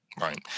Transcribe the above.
Right